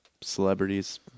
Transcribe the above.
celebrities